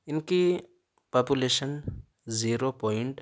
اِن کی population zero point